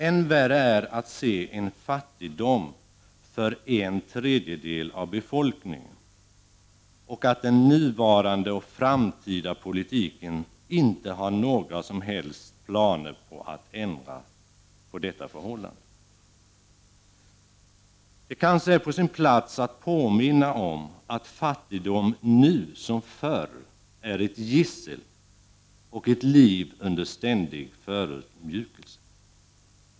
Än värre är att se en fattigdom för en tredjedel av befolkningen och att den nuvarande och framtida politiken inte har några som helst planer på att ändra på detta förhållande. Det kanske är på sin plats att påminna om att fattigdom, nu som förr, är ett gissel och ett liv under ständig förödmjukelse.